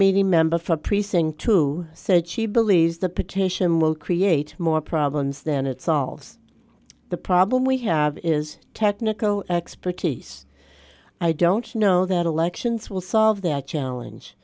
meeting member for precinct two said she believes the petition will create more problems than it solves the problem we have is technical expertise i don't know that elections will solve that challenge